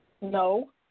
No